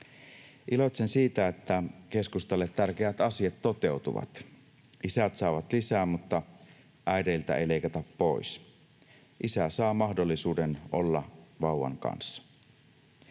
Iloitsen siitä, että keskustalle tärkeät asiat toteutuvat. Isät saavat lisää, mutta äideiltä ei leikata pois. Isä saa mahdollisuuden olla vauvan kanssa.